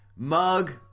mug